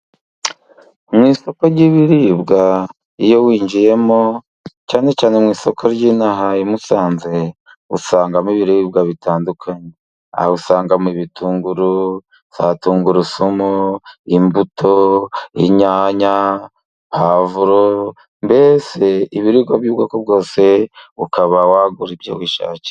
Mu isoko ry'ibiribwa, iyo winjiyemo cyane cyane mu isoko ry'ino aha i Musanze, usangamo ibiribwa bitandukanye. Aho usangamo ibitunguru, za tungurusumu, imbuto, inyanya, puwavuro, mbese ibiribwa by'ubwoko bwose, ukaba wagura ibyo wishakiye.